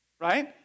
right